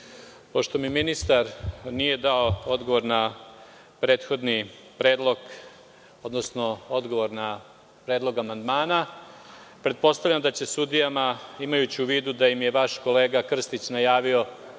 Pošto mi ministar nije dao odgovor na prethodni predlog, odnosno odgovor na predlog amandmana, pretpostavljam da će sudijama, imajući u vidu da im je vaš kolega Krstić najavio